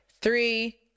three